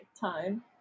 time